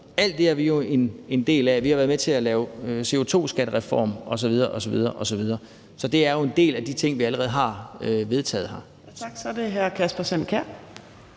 Alt det er vi jo en del af, og vi har været med til at lave en CO2-skattereform osv. osv. Så det er jo en del af de ting, vi allerede har vedtaget her. Kl. 15:28 Anden næstformand